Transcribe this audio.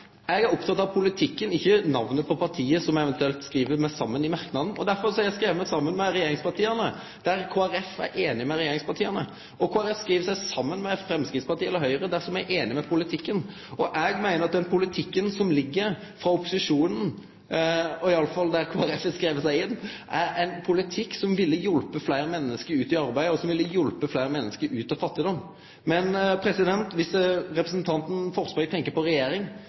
Eg er oppteken av politikken, ikkje av namnet på partiet som me eventuelt skriv oss saman med i merknaden. Derfor har eg skrive Kristeleg Folkeparti saman med regjeringspartia der me er einige med dei, og Kristeleg Folkeparti skriv seg saman med Framstegspartiet eller Høgre dersom me er einige om politikken. Eg meiner at dei merknadene som ligg frå opposisjonen – iallfall der Kristeleg Folkeparti har skrive seg inn – er uttrykk for ein politikk som ville hjelpt fleire menneske ut i arbeid, og som ville hjelpt fleire menneske ut av fattigdom. Dersom representanten Forsberg tenkjer på regjering,